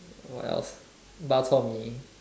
what else bak chor mee